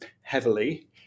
heavily